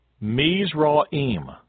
Mizraim